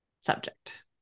subject